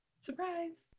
Surprise